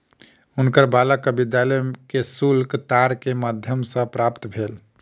हुनकर बालकक विद्यालय के शुल्क तार के माध्यम सॅ प्राप्त भेल